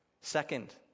Second